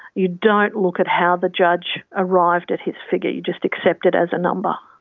you don't look at how the judge arrived at his figure, you just accept it as a number.